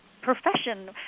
profession